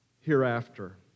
hereafter